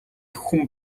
хүн